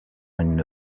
une